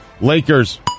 Lakers